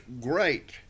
great